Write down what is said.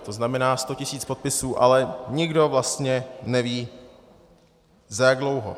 To znamená, 100 tisíc podpisů, ale nikdo vlastně neví, za jak dlouho.